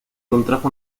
contrajo